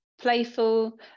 playful